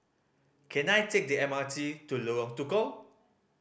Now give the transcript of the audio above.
can I take the M R T to Lorong Tukol